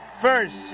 first